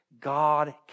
God